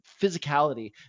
physicality